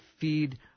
feed